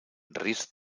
risc